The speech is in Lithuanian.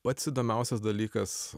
pats įdomiausias dalykas